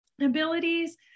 abilities